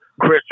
Chris